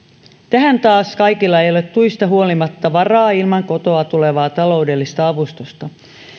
tähän taas kaikilla ei ole tuista huolimatta varaa ilman kotoa tulevaa taloudellista avustusta